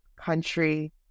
country